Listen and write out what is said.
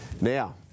Now